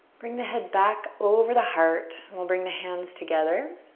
bring the head back over the heart. we'll bring the hands together.